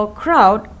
crowd